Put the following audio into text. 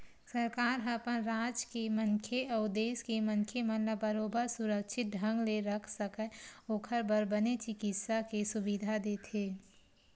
सरकार ह अपन राज के मनखे अउ देस के मनखे मन ला बरोबर सुरक्छित ढंग ले रख सकय ओखर बर बने चिकित्सा के सुबिधा देथे